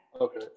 Okay